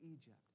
Egypt